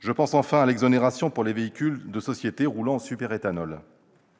Je pense enfin à l'exonération pour les véhicules de société roulant au superéthanol.